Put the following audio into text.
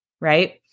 right